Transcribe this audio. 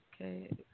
Okay